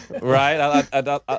Right